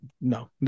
no